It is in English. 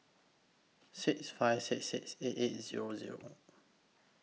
six five six six eight eight Zero Zero